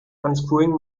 unscrewing